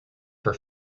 for